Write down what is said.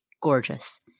gorgeous